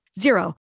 Zero